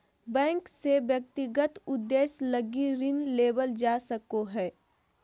bank से व्यक्तिगत उद्देश्य लगी ऋण लेवल जा सको हइ